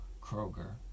Kroger